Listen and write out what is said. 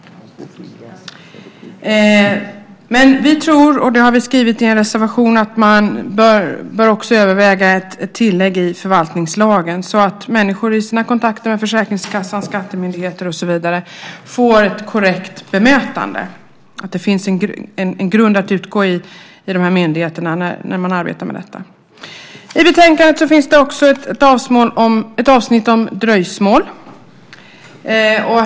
Vi tror, och det har vi också skrivit i en reservation, att man också bör överväga ett tillägg i förvaltningslagen så att människor i sina kontakter med Försäkringskassan, skattemyndigheter och så vidare får ett korrekt bemötande och att det finns en grund att utgå ifrån i de här myndigheterna när man arbetar med detta. I betänkandet finns det också ett avsnitt om dröjsmål.